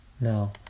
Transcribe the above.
No